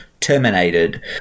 terminated